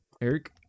Eric